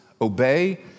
obey